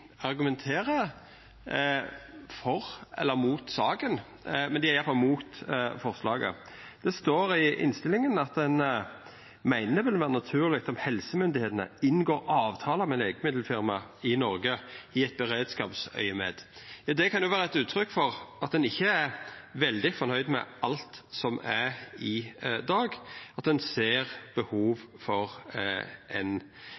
argumenterer for eller mot saka, men dei er i alle fall mot forslaget. Det står i innstillinga at ein meiner «det vil være naturlig om helsemyndighetene inngår avtaler med legemiddelfirma i Norge i et beredskapsøyemed». Det kan vera eit uttrykk for at ein ikkje er veldig fornøgd med alt slik det er i dag, og at ein ser behov